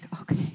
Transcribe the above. okay